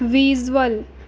visual